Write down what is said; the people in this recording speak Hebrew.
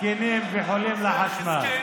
זקנים וחולים לחשמל.